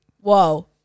Whoa